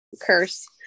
curse